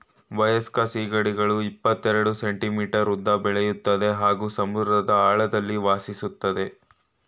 ವಯಸ್ಕ ಸೀಗಡಿಗಳು ಇಪ್ಪತೆರೆಡ್ ಸೆಂಟಿಮೀಟರ್ ಉದ್ದ ಬೆಳಿತದೆ ಹಾಗೂ ಸಮುದ್ರದ ಆಳದಲ್ಲಿ ವಾಸಿಸ್ತದೆ